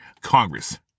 Congress